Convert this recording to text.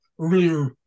earlier